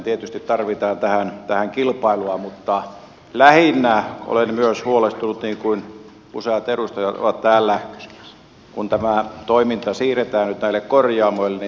tietysti tarvitaan tähän kilpailua mutta lähinnä olen myös huolestunut niin kuin useat edustajat ovat täällä kun tämä toiminta siirretään nyt näille korjaamoille tästä riippumattomuudesta